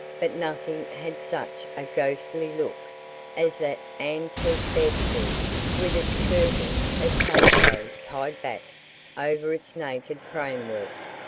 but nothing had such a ghostly look as that antique bedstead with its curtains of calico tied back over its naked framework,